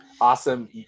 Awesome